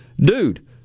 dude